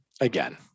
Again